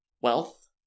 wealth